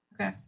Okay